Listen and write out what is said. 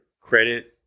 credit